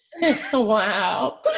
Wow